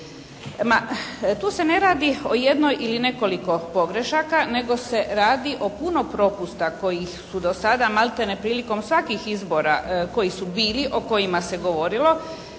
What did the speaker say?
tu se ne radi o jednoj ili nekoliko pogrešaka, nego se radi o puno propusta kojih su do sada maltene prilikom svakih izbora koji su bili, o kojima se govorilo.